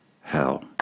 hell